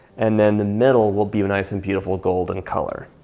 and then the middle will be a nice and beautiful golden color.